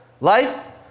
life